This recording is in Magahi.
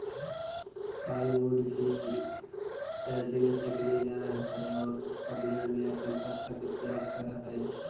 हार्डवुड भी सर्दि में सक्रिय न रहऽ हई औउर पतझड़ में अपन पत्ता के त्याग करऽ हई